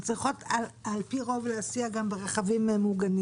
הן צריכות על פי רוב להסיע גם ברכבים מוגנים